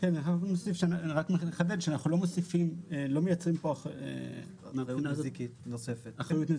אנחנו נחדד שאנחנו לא מייצרים כאן אחריות נזיקית נוספת.